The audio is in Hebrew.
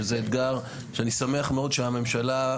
שזה אתגר שאני שמח מאוד שהממשלה,